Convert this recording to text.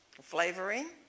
Flavoring